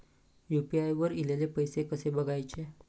UPI वर ईलेले पैसे कसे बघायचे?